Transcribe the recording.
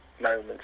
moments